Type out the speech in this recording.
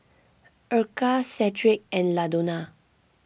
Erykah Cedrick and Ladonna